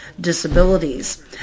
disabilities